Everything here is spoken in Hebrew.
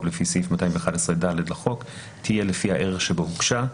לפי סעיף 211(ד) לחוק תהיה לפי הערך שבו הוגשה.